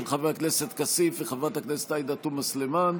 חבר הכנסת כסיף וחברת הכנסת עאידה תומא סלימאן,